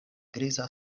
griza